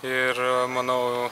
ir manau